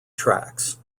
tracks